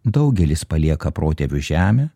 daugelis palieka protėvių žemę